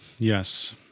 Yes